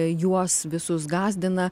juos visus gąsdina